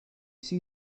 see